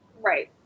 Right